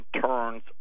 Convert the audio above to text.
turns